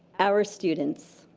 our students.